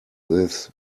this